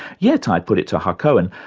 yet, i put it to hacohen,